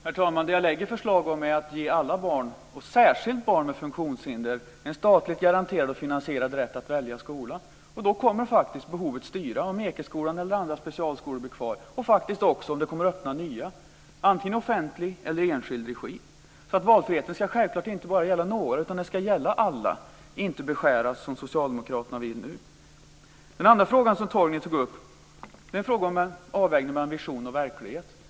Herr talman! Det jag lägger fram förslag om är att ge alla barn, och särskilt barn med funktionshinder, en statligt garanterad och finansierad rätt att välja skola. Då kommer faktiskt behovet att styra om Ekeskolan eller andra specialskolor blir kvar, och faktiskt också om det kommer att öppnas nya, antingen i offentlig eller i enskild regi. Valfriheten ska självklart inte bara gälla några, utan den ska gälla alla, och inte beskäras, som socialdemokraterna vill nu. Den andra frågan som Torgny tog upp är en fråga om avvägning mellan ambition och verklighet.